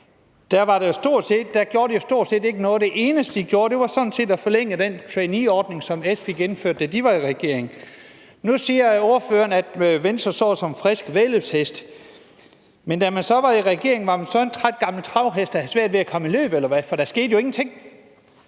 gjorde de jo stort set ikke noget. Det eneste, de gjorde, var sådan set at forlænge den traineeordning, som SF fik indført, da de var i regering. Nu siger ordføreren, at Venstre står som en frisk væddeløbshest, men da man var i regering, var man så en træt gammel travhest, der havde svært ved at komme i løb – eller hvad? For der skete jo ingenting.